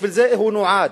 בשביל זה הוא נועד.